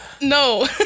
No